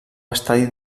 estadi